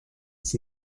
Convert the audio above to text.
its